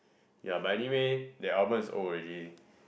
ya but anyway that album is old already